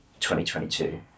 2022